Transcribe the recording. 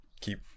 keep